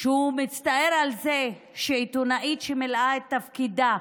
שהוא מצטער על זה שעיתונאית שמילאה את תפקידה,